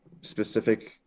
specific